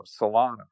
Solana